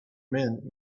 men